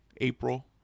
April